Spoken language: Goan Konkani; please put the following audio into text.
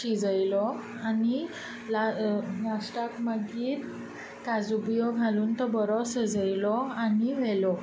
शिजयलो आनी ला लास्टाक मागीर काजू बियो घालून तो बरो सजयलो आनी व्हेलो